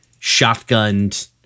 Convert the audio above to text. shotgunned